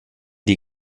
die